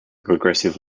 progressive